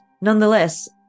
nonetheless